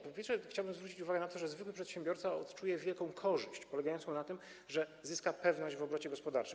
Po pierwsze, chciałbym zwrócić uwagę na to, że zwykły przedsiębiorca odczuje wielką korzyść polegającą na tym, że zyska pewność w obrocie gospodarczym.